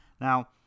Now